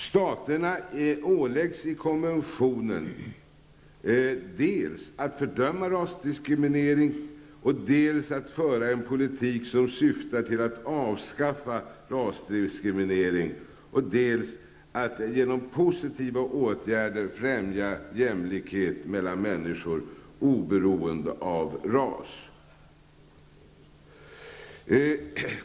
Staterna åläggs i konventionen dels att fördöma rasdiskriminering, dels att föra en politik som syftar till att avskaffa rasdiskriminering och dels att genom positiva åtgärder främja jämlikhet mellan människor oberoende av ras.